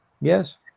Yes